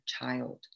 child